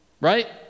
Right